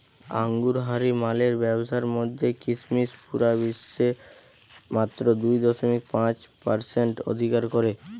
আঙুরহারি মালের ব্যাবসার মধ্যে কিসমিস পুরা বিশ্বে মাত্র দুই দশমিক পাঁচ পারসেন্ট অধিকার করে